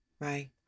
Right